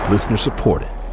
Listener-supported